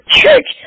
church